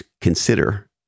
consider